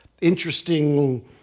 interesting